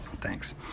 Thanks